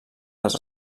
les